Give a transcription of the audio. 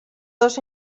dos